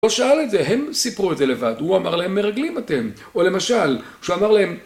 הוא לא שאל את זה, הם סיפרו את זה לבד, הוא אמר להם מרגלים אתם, או למשל, כשהוא אמר להם..